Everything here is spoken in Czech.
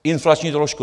Inflační doložka!